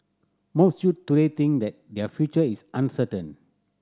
most youths today think that their future is uncertain